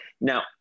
Now